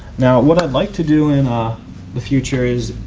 now what i'd like to do in ah the future is,